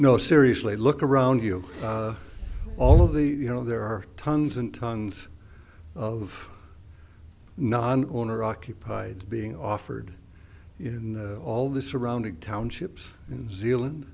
no seriously look around you all of the you know there are tons and tons of non owner occupied being offered in all the surrounding townships and zealand